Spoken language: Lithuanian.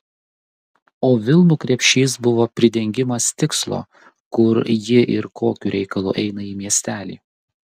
o vilnų krepšys buvo pridengimas tikslo kur ji ir kokiu reikalu eina į miestelį